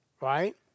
right